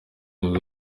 nibwo